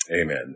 Amen